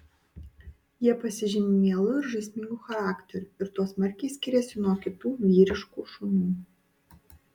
jie pasižymi mielu ir žaismingu charakteriu ir tuo smarkiai skiriasi nuo kitų vyriškų šunų